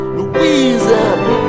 Louisiana